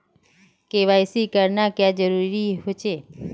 KYC करना क्याँ जरुरी होचे?